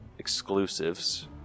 exclusives